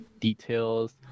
details